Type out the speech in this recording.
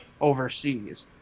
Overseas